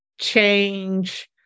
change